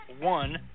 One